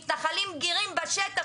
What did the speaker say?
אבל מתנחלים בגירים בשטח,